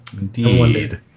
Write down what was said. Indeed